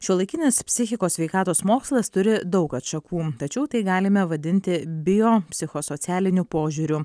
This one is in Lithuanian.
šiuolaikinis psichikos sveikatos mokslas turi daug atšakų tačiau tai galime vadinti biopsichosocialiniu požiūriu